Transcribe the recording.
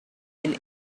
and